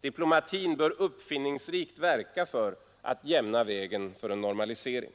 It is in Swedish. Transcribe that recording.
Diplomatin bör uppfinningsrikt verka för att jämna vägen för en normalisering.